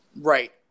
Right